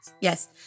Yes